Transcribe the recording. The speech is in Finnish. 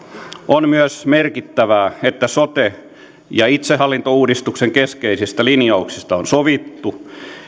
on myös merkittävää että sote ja itsehallintouudistuksen keskeisistä linjauksista on sovittu